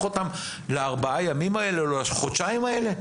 אותם לארבעת הימים האלה או לחודשיים האלה?